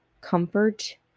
comfort